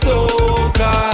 Soca